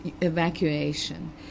evacuation